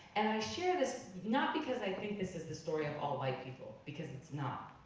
and i share this, not because i think this is the story of all white people, because it's not.